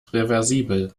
reversibel